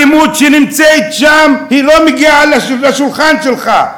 האלימות שנמצאת שם לא מגיעה לשולחן שלך,